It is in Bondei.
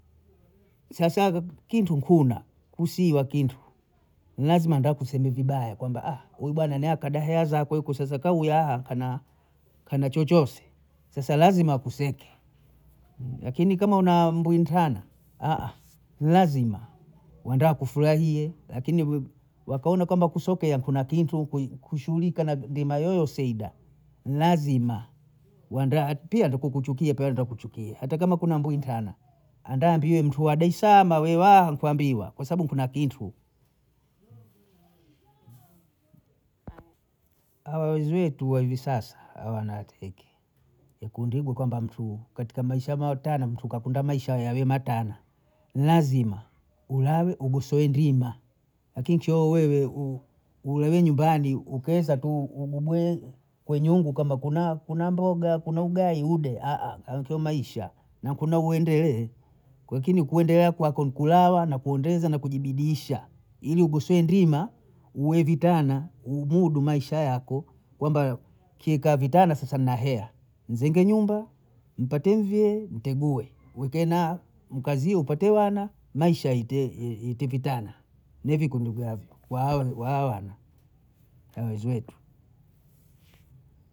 Sasakha kintu kuna, kusi wa kintu, ni lazima ndo akuseme vibaya kwamba huyu bwana naye akadaha hela zakwe kuseseka uyaha kana, kana chochose, sasa lazima akuseke, lakini kama una mbuntana lazima wendo akufurahie, lakini wakaona kwamba kusoke hakuna kintu kushuhulika na ndima yoyoseiba, nlazima wendoa pia ndo kukuchukia pia ndo kuchukia, hata kama kuna mbuitana andambiwe mtu wa daesaama we waa nkuambiwa, kwa sababu kuna kintu, hawa wezweitu wa hivi sasa hawa hawanateke, ya kundigwa kwamba mtu katika Maisha matana, mtu kakunda Maisha yaliyo matana, nlazima ulalwe ugosowe ndima, lakini chio uwewe ulaiwe nyumbani, ukesa tu, ugugwee kwe nyungu kama kuna mboga kuna ugai ude, ankio Maisha, na kuna uendelee, wakini kuendelea kwako ni kulala na kuondeza na kujibiidisha ili ugosoe ndima, uwe vitana, umudu Maisha yako kwamba kie kaa vitana sasa na hea, nzenge nyumba, npate mvyee ntegue, weke na mkazio mpate wana, Maisha yaite ite kitana, ne vikundu vyavyo, kwa hao wao wana auzwi wetu.